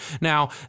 Now